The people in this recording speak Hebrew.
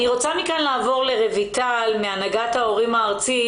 אני רוצה מכאן לעבור לרויטל מהנהגת ההורים הארצית,